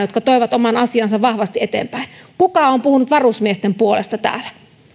jotka toivat oman asiansa vahvasti eteenpäin kuka on puhunut varusmiesten puolesta täällä